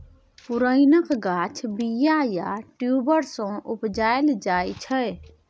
पुरैणक गाछ बीया या ट्युबर सँ उपजाएल जाइ छै